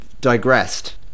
digressed